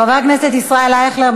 חבר הכנסת ישראל אייכלר,